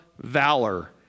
valor